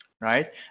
right